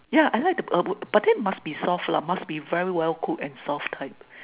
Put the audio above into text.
yeah I like the p~ uh p~ but then must be soft lah must be very well cooked and soft type